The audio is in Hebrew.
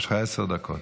יש לך עשר דקות,